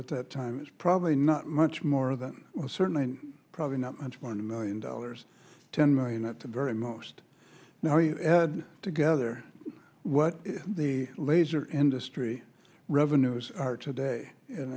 at that time it's probably not much more than certainly probably not much one million dollars ten million at the very most now you add together what the laser industry revenues are today and